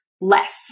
less